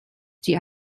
die